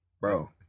bro